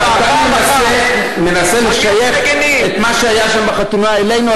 אם אתה מנסה לשייך את מה שהיה שם בחתונה אלינו,